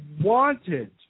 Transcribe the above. wanted